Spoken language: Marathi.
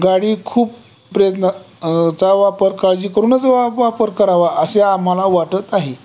गाडी खूप प्रयत्न चा वापर काळजी करूनच वा वापर करावा असे आम्हाला वाटत आहे